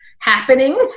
happening